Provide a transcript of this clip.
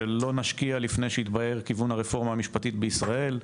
"לא נשקיע לפני שיתבהר כיוון הרפורמה המשפטית בישראל".